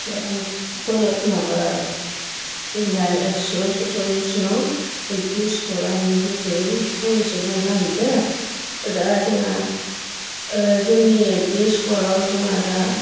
दा आं माबा जोंनिया एकस' सल्लिस नं एल पि स्कुल आं बिनि बिखयै फंनैसो बुंनो नागिरदों दा जोंहा जोंनि एल पि स्कुलाव जोंहा दा